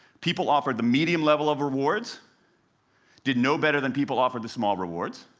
people offered the medium level of rewards did no better than people offered the small rewards.